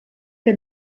que